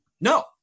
no